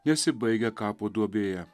nesibaigia kapo duobėje